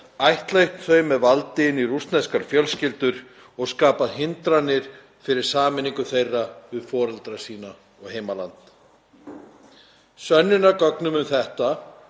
ættleitt þau með valdi inn í rússneskar fjölskyldur og skapað hindranir fyrir sameiningu þeirra við foreldra sína og heimaland. Sönnunargögnum um þetta